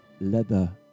leather